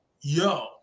yo